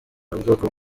ubwoko